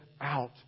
out